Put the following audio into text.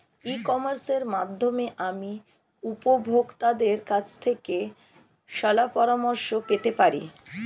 ই কমার্সের মাধ্যমে আমি উপভোগতাদের কাছ থেকে শলাপরামর্শ পেতে পারি?